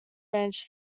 ranch